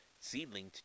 Seedling